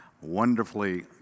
wonderfully